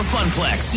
FunPlex